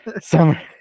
Summer